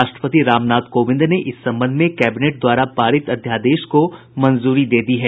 राष्ट्रपति रामनाथ कोविंद ने इस संबंध में कैबिनेट द्वारा पारित अध्यादेश को मंजूरी दे दी है